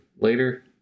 later